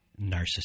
narcissist